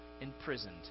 imprisoned